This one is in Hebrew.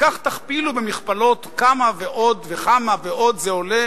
כך תכפילו במכפלות, כמה ועוד, כמה ועוד, זה עולה